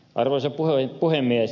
arvoisa puhemies